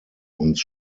uns